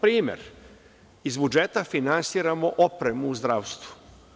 Primer, iz budžeta finansiramo opremu u zdravstvu.